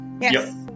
yes